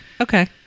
Okay